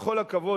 בכל הכבוד,